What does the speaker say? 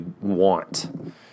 want